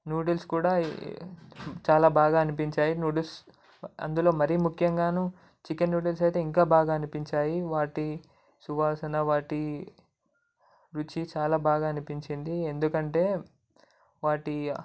noodles కూడా చాలా బాగా అనిపించాయి నూడుల్స్ అందులో మరి ముఖ్యంగా చికెన్ నూడుల్స్ అయితే ఇంకా బాగా అనిపించాయి వాటి సువాసన వాటి రుచి చాలా బాగా అనిపించింది ఎందుకంటే వాటి